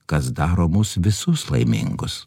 kas daro mus visus laimingus